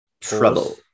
Trouble